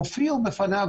הופיעו בפניה,